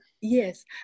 yes